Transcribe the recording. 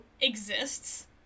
exists